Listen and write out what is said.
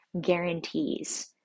guarantees